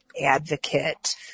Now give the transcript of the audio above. Advocate